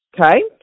Okay